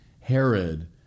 Herod